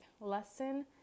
lesson